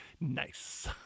nice